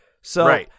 So-